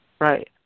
Right